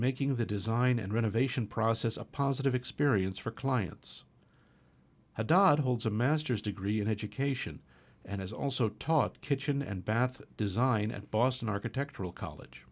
making the design and renovation process a positive experience for clients had died holds a masters degree in education and has also taught kitchen and bath design at boston architectural college